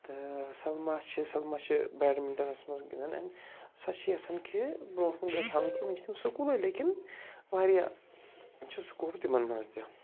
تہٕ سلما چھِ سلما چھِ بیڈ مِنٛٹنس منٛز گنٛدان اینٛڈ سۄ چھِ یَژھان کہِ برٛونٛٹھ کُن گژھَو کہِ وٕنۍ چھِ تِم سکوٗلَے لیکِن واریاہ چھُ سُکوپ تِمَن منٛز تہِ